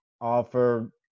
offer